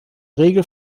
regel